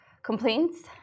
Complaints